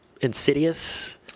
Insidious